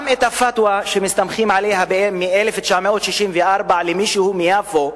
גם הפתוא שמסתמכים עליה מ-1964 של מישהו מיפו,